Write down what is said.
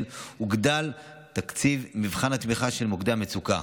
הוגדל תקציב מבחן התמיכה של מוקדי המצוקה.